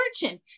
fortune